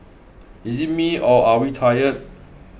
is it me or are we tired